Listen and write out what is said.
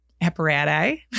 apparatus